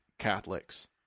Catholics